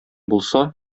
булса